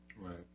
Right